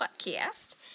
podcast